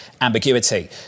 ambiguity